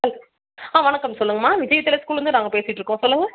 ஹல் ஆ வணக்கம் சொல்லுங்கம்மா விஜய் வித்யாலயா ஸ்கூல்லருந்து தான் நாங்கள் பேசிகிட்ருக்கோம் சொல்லுங்க